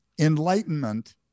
enlightenment